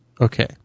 okay